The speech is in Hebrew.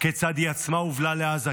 כיצד היא עצמה הובלה לעזה,